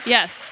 Yes